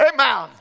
Amen